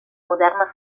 moderna